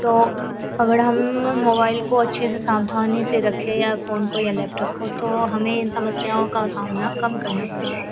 तो अगड़ हम मोबाइल को अच्छे से सावधानी से रखें या फ़ोन को या लैपटॉप को तो हमें इन समस्याओं का सामना कम करना पड़ेगा